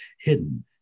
hidden